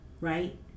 right